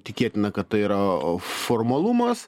tikėtina kad tai yra formalumas